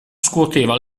scuoteva